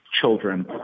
children